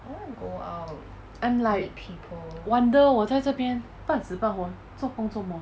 I'm like wonder 我在这边半死半活做工做莫